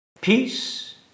Peace